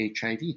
HIV